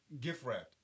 gift-wrapped